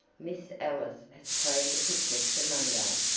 miss ellis has planned a picnic for monday.